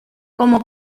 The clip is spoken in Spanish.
como